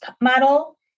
model